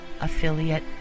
affiliate